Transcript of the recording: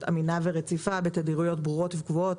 אמינה ורציפה בתדירויות ברורות וקבועות,